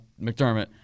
McDermott